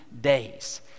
days